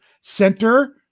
center